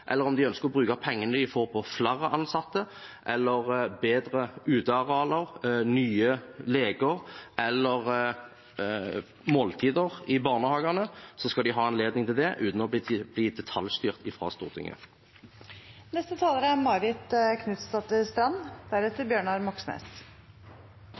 eller om de ønsker å bruke dem på flere ansatte, bedre utearealer, nye leker eller flere måltider, så skal de ha anledning til det uten å bli